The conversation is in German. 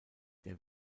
der